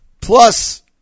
plus